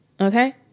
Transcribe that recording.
Okay